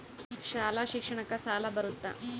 ಶಾಲಾ ಶಿಕ್ಷಣಕ್ಕ ಸಾಲ ಬರುತ್ತಾ?